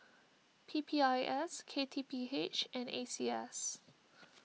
P P I S K T P H and A C S